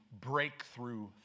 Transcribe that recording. breakthrough